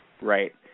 right